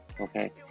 Okay